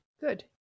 good